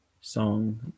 song